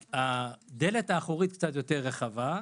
שהדלת האחורית קצת יותר רחבה,